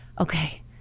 Okay